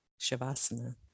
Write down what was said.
shavasana